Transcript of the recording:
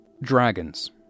Dragons